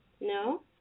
No